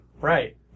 right